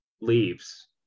leaves